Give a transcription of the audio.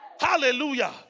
Hallelujah